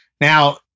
Now